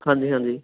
ਹਾਂਜੀ ਹਾਂਜੀ